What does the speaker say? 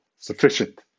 sufficient